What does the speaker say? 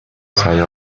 сая